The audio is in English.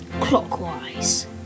Clockwise